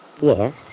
Yes